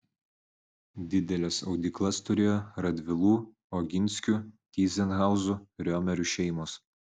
dideles audyklas turėjo radvilų oginskių tyzenhauzų riomerių šeimos